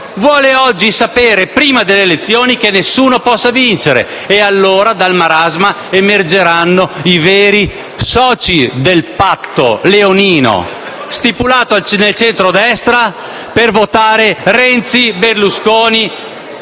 vuole oggi sapere, prima delle elezioni, che nessuno possa vincere. Allora, dal marasma emergeranno i veri soci del patto leonino, stipulato nel centro destra per votare Renzi, Berlusconi